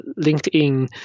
LinkedIn